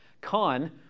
Con